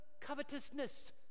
covetousness